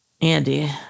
andy